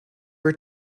are